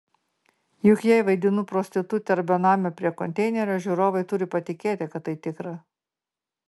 juk jei vaidinu prostitutę ar benamę prie konteinerio žiūrovai turi patikėti kad tai tikra